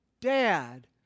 dad